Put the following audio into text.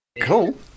cool